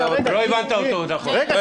לא הבנת אותו נכון.